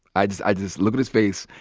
i just i just look at his face.